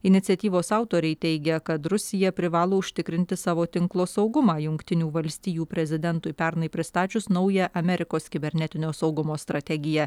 iniciatyvos autoriai teigia kad rusija privalo užtikrinti savo tinklo saugumą jungtinių valstijų prezidentui pernai pristačius naują amerikos kibernetinio saugumo strategiją